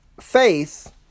Faith